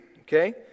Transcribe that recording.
okay